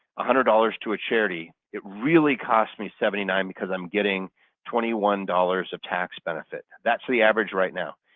hundred dollars to a charity, it really cost me seventy nine because i'm getting twenty one dollars of tax benefit. that's the average right now.